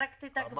לא.